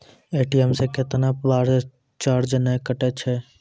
ATM से कैतना बार चार्ज नैय कटै छै?